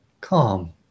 Calm